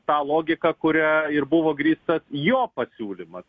tą logiką kuria ir buvo grįstas jo pasiūlymas